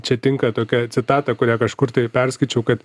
čia tinka tokia citata kurią kažkur tai perskaičiau kad